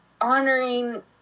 honoring